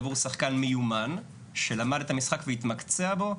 עבור שחקן מיומן שלמד את המשחק והתמקצע בו,